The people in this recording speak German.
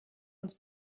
uns